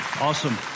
Awesome